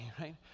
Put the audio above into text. right